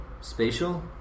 Spatial